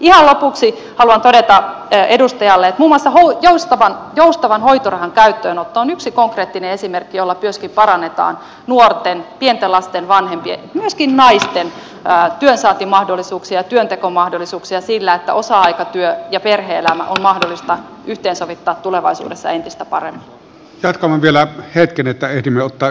ihan lopuksi haluan todeta edustajalle että muun muassa joustavan hoitorahan käyttöönotto on yksi konkreettinen esimerkki jolla myöskin parannetaan nuorten pienten lasten vanhempien myöskin naisten työnsaantimahdollisuuksia ja työntekomahdollisuuksia sillä että osa aikatyö ja perhe elämä on mahdollista yhteensovittaa tulevaisuudessa entistä paremmin jatkamaan vielä hetki nyt täytyy ottaa